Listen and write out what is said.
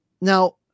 Now